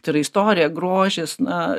tai yra istorija grožis na